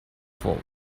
for